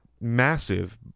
massive